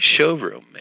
showroom